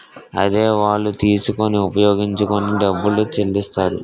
అద్దె బళ్ళు తీసుకొని ఉపయోగించుకొని డబ్బులు చెల్లిస్తారు